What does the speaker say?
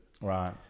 Right